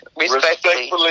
Respectfully